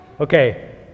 Okay